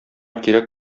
кирәк